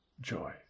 joy